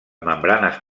membranes